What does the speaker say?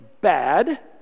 Bad